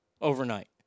overnight